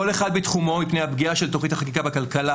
כל אחד בתחומו מפני הפגיעה של תכנית החקיקה בכלכלה,